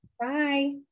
Bye